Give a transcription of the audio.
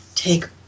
Take